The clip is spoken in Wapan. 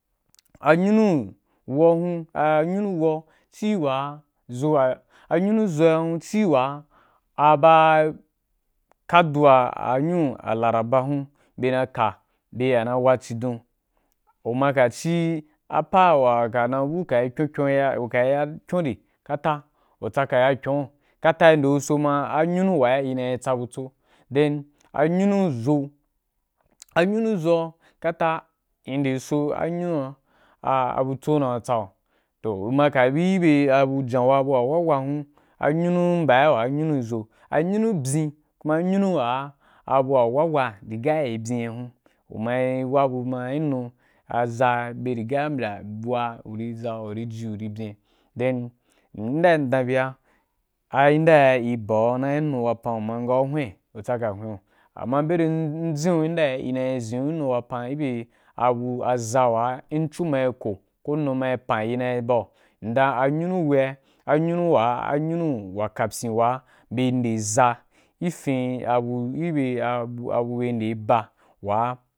A nyunu wo hun a nyunu wo ci wa zu wa, a nyunu zo à ci wa a ba ka addu’a a nyunu a laraba bye na ka bye ya na wa cidon, u ma ka ci apa wa ka na kyon kyon ba, u ka yiya kyon re, kata u tsaka ya katau kyon, kata i nde gu so dan a nyunu wa i na yi tsa butso. Then a nyunu zo, a nyunu zo’a kata í nde so dan a nyunu a a butso na’i tsa ‘u toh uma ka biyi bye jon bu wa wabu bu wa wa wa hun anyunu mba a nyunu zo a nyunu byin kuma a nyunu wa abu wa wawa rî ga yì byín hun uma yi wabu ma yī byin hun uma yi wabu ma yī nu a za bye riga mbya mbwa uri za un ji uri byin then, fenda m’dan biya a yenda i ba wu na yi nu wapan, u ma nga u hwen u ri tsaka wa hwen gu, amma beri m zen yenda i na yi zen’ù i nu. Wapan ibye abu za wa in cu mayi ko, ko nu ma’i pan i na yi ba u m’dan a nyunu wei ‘a, a nyunu wa, a nyunu wa kapyin bye ri nde za yi fin abu gī bye abu bye ri nde ba, wa.